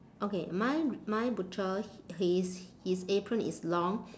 okay my my butcher his his apron is long